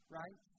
right